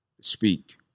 speak